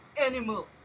Animal